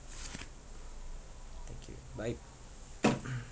thank you bye